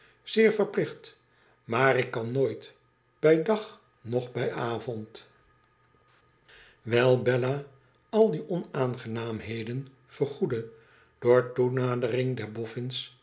zeer verplicht maar ik kan nooit bij dag noch bij avond wijl bella al die onaangenaamheden vergoedde door de toenadering der